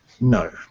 no